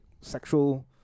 Sexual